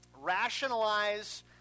Rationalize